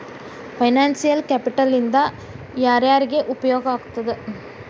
Financial capital ಇಂದಾ ಯಾರ್ಯಾರಿಗೆ ಉಪಯೊಗಾಗ್ತದ?